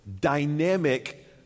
dynamic